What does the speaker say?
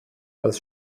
als